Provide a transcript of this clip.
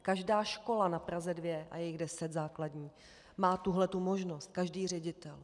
Každá škola na Praze 2, a je jich deset základních, má tuhle možnost, každý ředitel.